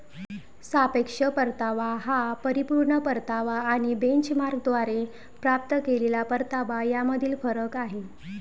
सापेक्ष परतावा हा परिपूर्ण परतावा आणि बेंचमार्कद्वारे प्राप्त केलेला परतावा यामधील फरक आहे